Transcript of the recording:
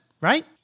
right